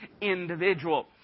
individual